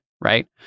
right